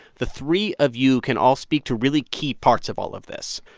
the three of you can all speak to really key parts of all of this.